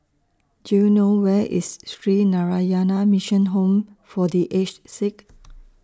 Do YOU know Where IS Sree Narayana Mission Home For The Aged Sick